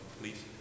please